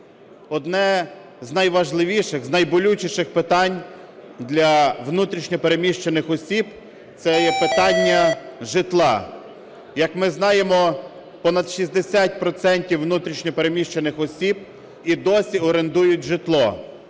Одне з найважливіших, з найболючіших питань для внутрішньо переміщених осіб – це є питання житла. Як ми знаємо, понад 60 процентів внутрішньо переміщених осіб і досі орендують житло,